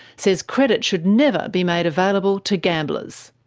says credit should never be made available to gamblers.